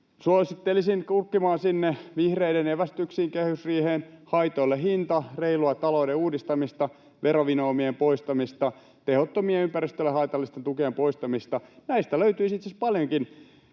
suosittelisin kurkkimaan sinne vihreiden evästyksiin kehysriiheen: haitoille hinta, reilua talouden uudistamista, verovinoumien poistamista, tehottomien ja ympäristölle haitallisten tukien poistamista. Näistä löytyisi itse asiassa paljonkin